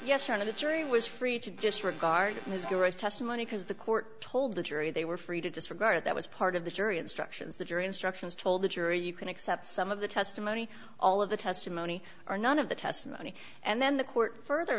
the jury was free to disregard his gross testimony because the court told the jury they were free to disregard it that was part of the jury instructions the jury instructions told the jury you can accept some of the testimony all of the testimony or none of the testimony and then the court further